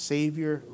Savior